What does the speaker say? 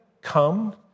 come